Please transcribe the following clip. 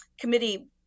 committee